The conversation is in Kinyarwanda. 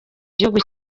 gihugu